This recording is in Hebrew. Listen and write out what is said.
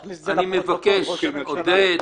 עודד,